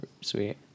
Sweet